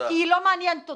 כי היא לא מעניינת אותו.